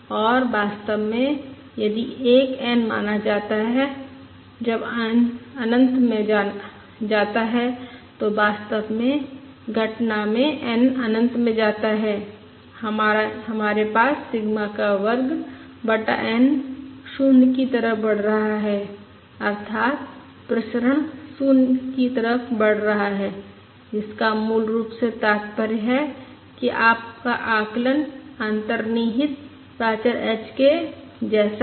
और वास्तव में यदि एक n माना जाता है जब n अनंत में जाता है तो वास्तव में घटना में n अनंत में जाता है हमारे पास सिग्मा का वर्ग बटा N 0 की तरफ बढ़ रहा है अर्थात प्रसरण 0 की तरफ बढ़ रहा है जिसका मूल रूप से तात्पर्य है कि आपका आकलन अंतर्निहित प्राचर h के जैसा है